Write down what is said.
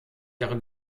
ihrer